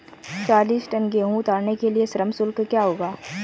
चालीस टन गेहूँ उतारने के लिए श्रम शुल्क क्या होगा?